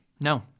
No